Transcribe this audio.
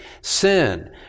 sin